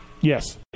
Yes